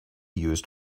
used